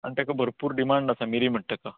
आनी तेका भरपूर डिमांड आसा मिरी म्हणटा तेका